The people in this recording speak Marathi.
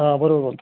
हां बरोबर बोलता